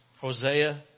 Hosea